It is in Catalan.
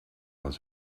les